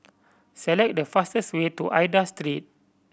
select the fastest way to Aida Street